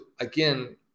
Again